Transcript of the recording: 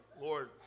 Lord